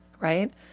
right